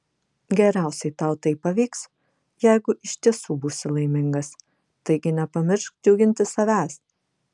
geriausiai tau tai pavyks jeigu iš tiesų būsi laimingas taigi nepamiršk džiuginti savęs